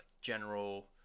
general